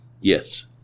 Yes